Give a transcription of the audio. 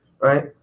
right